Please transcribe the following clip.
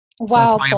Wow